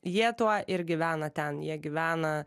jie tuo ir gyvena ten jie gyvena